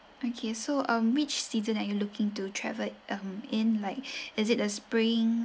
okay so um which season are you looking to travel um in like is it a spring